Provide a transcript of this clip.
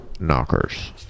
knockers